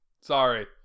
Sorry